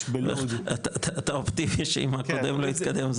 יש בלוד --- אתה אופטימי שאם הקודם לא התקדם,